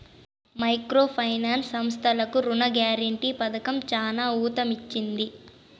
micro finance సంస్థలకు రుణ guarantee పథకం చానా ఊతమిచ్చింది